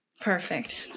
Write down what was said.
Perfect